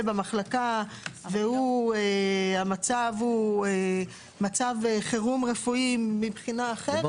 במחלקה והמצב הוא מצב חירום רפואי מבחינה אחרת,